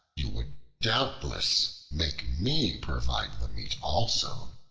you would doubtless make me provide the meat also.